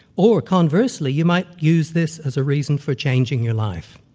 or conversely, you might use this as a reason for changing your life.